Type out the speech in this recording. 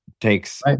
takes